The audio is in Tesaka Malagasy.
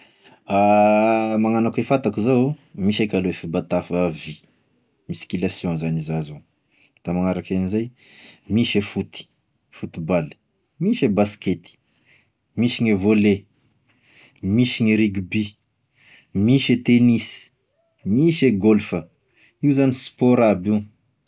Magnano akoa fantako zao e, misy eka aloha e fitaba f- vy, musculation zany iza zao, da magnaraky agnzay, misy a foty, football, misy e baskety, misy gne volley, misy gne rugby, misy e tennis, misy golf, io zany sport aby io.